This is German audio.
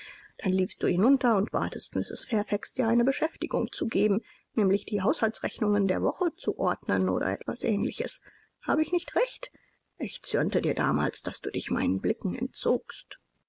dann liefst du hinunter und batest mrs fairfax dir eine beschäftigung zu geben nämlich die haushaltsrechnungen der woche zu ordnen oder etwas ähnliches habe ich nicht recht ich zürnte dir damals daß du dich meinen blicken entzogst